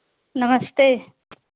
नमस्ते